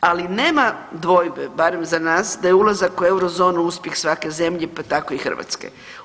Ali nema dvojbe barem za nas da je ulazak u eurozonu uspjeh svake zemlje pa tako i Hrvatske.